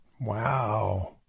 Wow